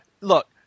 Look